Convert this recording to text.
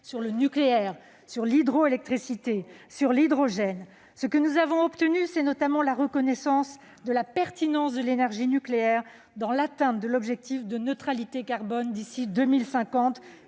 sur le nucléaire, sur l'hydroélectricité et sur l'hydrogène. Bravo ! Nous avons notamment obtenu la reconnaissance de la pertinence de l'énergie nucléaire dans l'atteinte de l'objectif de neutralité carbone d'ici à 2050,